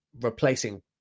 replacing